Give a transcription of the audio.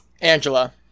Angela